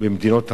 במדינות העולם.